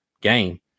game